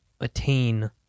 attain